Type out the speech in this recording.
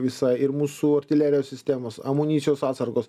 visa ir mūsų artilerijos sistemos amunicijos atsargos